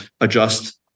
adjust